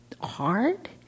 hard